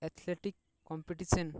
athletic competition